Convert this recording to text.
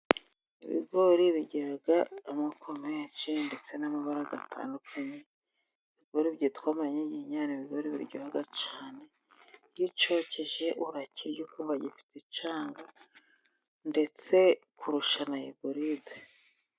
Ibigori bigira amoko menshi ndetse n'amabara atandukanye, rero ibigori byitwa mayinyinya ni ibigori biryoha cyane, n'icyokeje urakirya ukumva gifite icanga, ndetse kurusha na iburide.